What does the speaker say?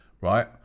right